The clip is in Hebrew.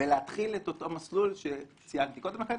ולהתחיל את אותו מסלול שציינתי קודם לכן.